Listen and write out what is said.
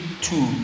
two